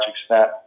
extent